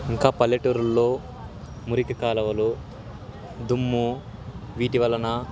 ఇంకా పల్లెటూరుల్లో మురికి కాలవలు దుమ్ము వీటి వలన